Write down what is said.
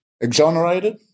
Exonerated